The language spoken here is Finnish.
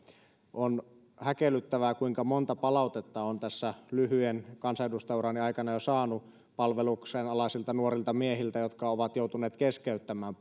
on häkellyttävää kuinka monta palautetta olen tässä lyhyen kansanedustajaurani aikana jo saanut palveluksen alaisilta nuorilta miehiltä jotka ovat joutuneet keskeyttämään